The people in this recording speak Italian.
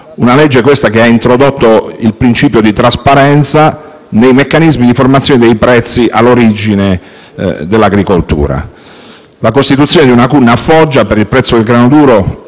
disposizione che ha introdotto il principio di trasparenza nei meccanismi di formazione dei prezzi all'origine dell'agricoltura. La costituzione di una CUN a Foggia per il prezzo del grano duro